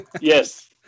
Yes